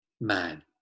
man